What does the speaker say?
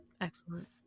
excellent